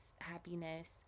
happiness